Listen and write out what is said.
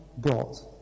got